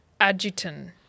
Adjutant